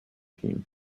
team